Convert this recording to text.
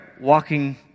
walking